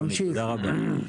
תודה רבה.